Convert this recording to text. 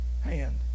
hand